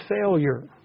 failure